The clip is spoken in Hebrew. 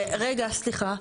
רגע, סליחה.